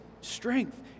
strength